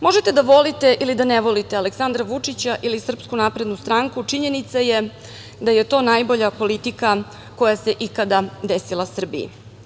Možete da volite ili da ne volite Aleksandra Vučića ili SNS, činjenica je da je to najbolja politika koja se ikada desila Srbiji.